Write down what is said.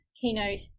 keynote